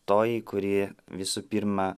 toji kuri visų pirma